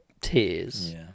tears